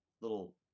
little